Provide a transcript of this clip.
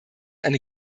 eine